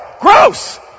Gross